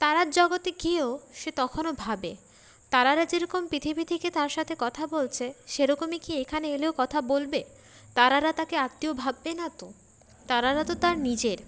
তারার জগতে গিয়েও সে তখনও ভাবে তারারা যেরকম পৃথিবী থেকে তার সাথে কথা বলছে সেরকমই কি এখানে এলেও কথা বলবে তারারা তাকে আত্মীয় ভাববে না তো তারারা তো তার নিজের